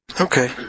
Okay